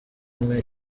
umwe